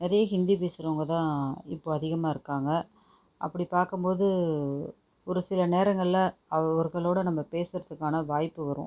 நிறைய ஹிந்தி பேசுகிறவங்க தான் இப்போது அதிகமாக இருக்கிறாங்க அப்படி பார்க்கும் போது ஒரு சில நேரங்களில் அவர்களோடு நாம் பேச இருக்கான வாய்ப்பு வரும்